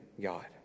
God